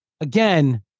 again